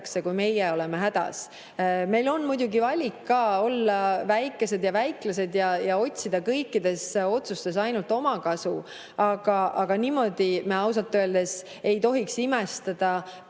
kui meie oleme hädas. Meil on muidugi valik olla ka väikesed ja väiklased, otsida kõikides otsustes ainult omakasu. Aga niimoodi me ausalt öeldes ei tohiks imestada,